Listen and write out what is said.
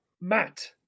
Matt